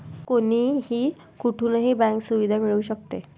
कोणीही कुठूनही बँक सुविधा मिळू शकते